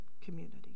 community